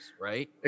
right